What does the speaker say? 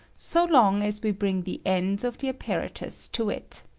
so long as we bring the ends of the apparatus to it,